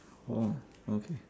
oh okay